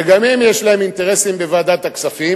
שגם הם יש להם אינטרסים בוועדת הכספים.